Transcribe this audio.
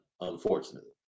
unfortunately